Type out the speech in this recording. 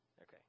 Okay